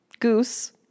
Goose